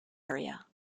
area